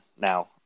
now